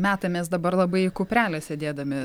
metamės dabar labai į kuprelę sėdėdami